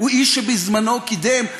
הוא איש שבזמנו קידם,